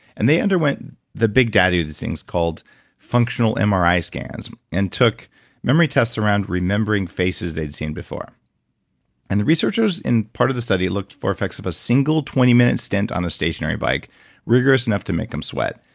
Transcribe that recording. and they underwent the big daddy of these things called functional and mri scans and took memory tests around remembering faces they'd seen before and the researchers in part of the study looked for effects of a single twenty minute stint on a stationary bike rigorous enough to make them sweat.